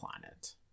planet